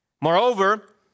Moreover